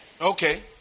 okay